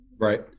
Right